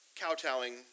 kowtowing